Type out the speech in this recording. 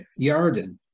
Yarden